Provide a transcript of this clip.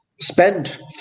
spend